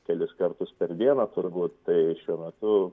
kelis kartus per dieną turbūt tai šiuo metu